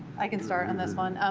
i can start on this one.